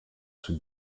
sous